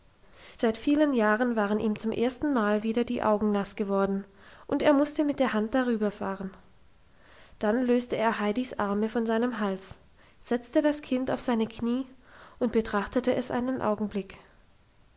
seit vielen jahren waren ihm zum erstenmal wieder die augen nass geworden und er musste mit der hand darüber fahren dann löste er heidis arme von seinem hals setzte das kind auf seine knie und betrachtete es einen augenblick